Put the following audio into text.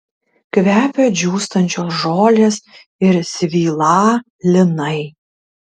kvepia džiūstančios žolės ir svylą linai